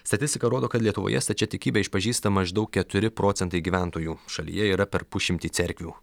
statistika rodo kad lietuvoje stačiatikybę išpažįsta maždaug keturi procentai gyventojų šalyje yra per pusšimtį cerkvių